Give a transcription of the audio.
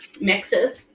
mixes